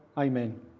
Amen